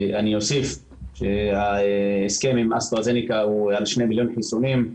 אוסיף שההסכם עם אסטרה זנקה הוא על 2 מיליון חיסונים,